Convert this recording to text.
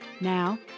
Now